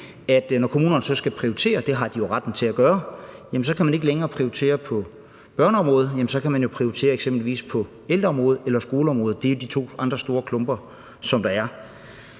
at når kommunerne så skal prioritere – det har de jo retten til at gøre – og ikke længere kan prioritere på børneområdet, så kan de eksempelvis prioritere på ældreområdet eller skoleområdet, som er de to andre store områder, der er.